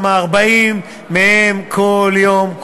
כי 40 מהם כל יום,